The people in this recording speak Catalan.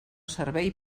servei